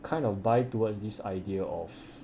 kind of buy towards this idea of